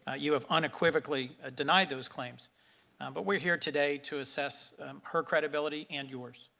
ah you have unequivocally ah denied those claims but we are here today to assess her credibility and yours.